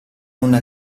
una